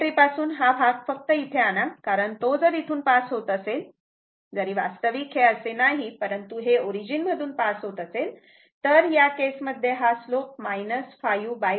symmetry पासून हा भाग फक्त इथे आणा कारण तो जर इथून पास होत असेल जरी वास्तविक हे असे नाही परंतु हे ओरिजिन मधून पास होत असेल तर या केस मध्ये हा स्लोप 5T4 असा आहे